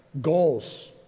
goals